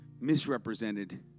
misrepresented